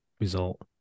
result